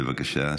בבקשה,